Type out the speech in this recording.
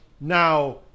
Now